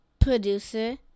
producer